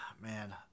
man